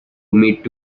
meet